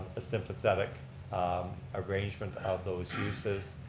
a sympathetic arrangement of those uses.